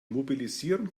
mobilisierung